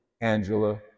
Angela